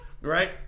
right